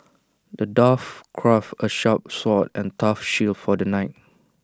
the dwarf crafted A sharp sword and A tough shield for the knight